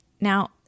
Now